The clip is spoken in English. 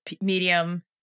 medium